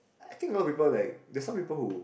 I think a lot of people like there are some people who